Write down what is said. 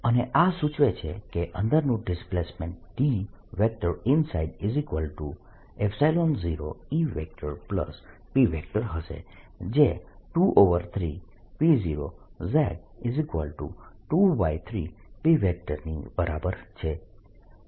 અને આ સૂચવે છે કે અંદરનું ડિસ્પ્લેસમેન્ટ Dinside0EP હશે જે 23P0 z23P ની બરાબર છે